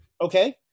Okay